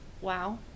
Wow